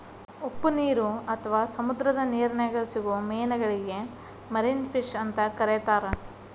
ಉಪ್ಪನೇರು ಅತ್ವಾ ಸಮುದ್ರದ ನಿರ್ನ್ಯಾಗ್ ಸಿಗೋ ಮೇನಗಳಿಗೆ ಮರಿನ್ ಫಿಶ್ ಅಂತ ಕರೇತಾರ